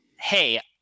hey